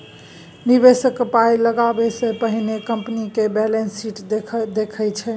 निबेशक पाइ लगाबै सँ पहिने कंपनीक बैलेंस शीट देखै छै